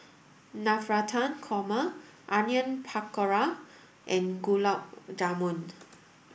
Navratan Korma Onion Pakora and Gulab Jamun